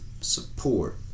support